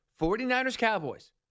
49ers-Cowboys